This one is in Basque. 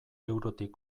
eurotik